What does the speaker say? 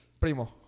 Primo